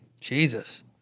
Jesus